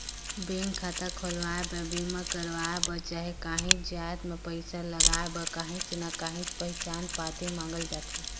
bank खाता खोलवाए बर, बीमा करवाए बर चहे काहींच जाएत में पइसा लगाए बर काहीं ना काहीं पहिचान पाती मांगल जाथे